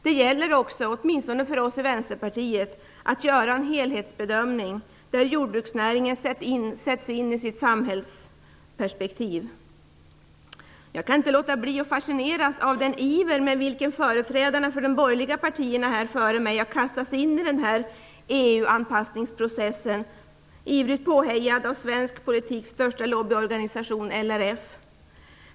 Det gäller också - åtminstone för oss i Vänsterpartiet - att göra en helhetsbedömning, där jordbruksnäringen sätts in i sitt samhällsperspektiv. Jag kan inte låta bli att fascineras av den iver med vilken företrädarna för de borgerliga partierna tidigare i dag har kastat sig in i den här EU anpassningsprocessen, ivrigt påhejade av svensk politiks största lobbyorganisation, LRF.